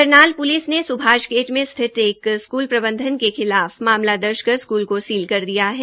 Karnal police ने Subhash gate में स्थित एक स्कूल प्रबंधन के खिलाफ दर्ज कर स्कूल को सील कर दिया है